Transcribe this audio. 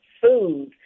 food